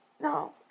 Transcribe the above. No